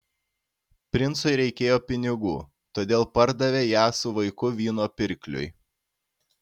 princui reikėjo pinigų todėl pardavė ją su vaiku vyno pirkliui